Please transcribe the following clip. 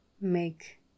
make